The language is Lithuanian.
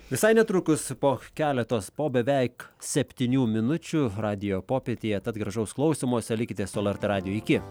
visai netrukus po keletos po beveik septynių minučių radijo popietėje tad gražaus klausymosi likite su lrt radiju iki